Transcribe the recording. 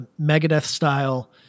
Megadeth-style